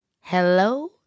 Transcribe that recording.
Hello